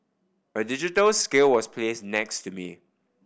a digital scale was place next to me